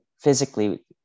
physically